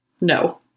No